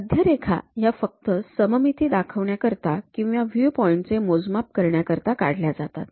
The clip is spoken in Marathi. मध्यरेखा ह्या फक्त सममिती दाखवण्याकरिता किंवा व्ह्यूपॉईंट चे मोजमाप करण्याकरिता काढल्या जातात